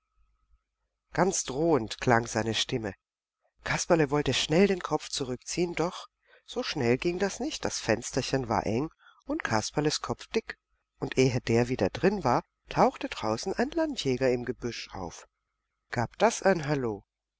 ganz drohend klang seine stimme kasperle wollte schnell den kopf zurückziehen doch so schnell ging das nicht das fensterchen war eng und kasperles kopf dick und ehe der wieder drin war tauchte draußen ein landjäger im gebüsch auf gab das ein hallo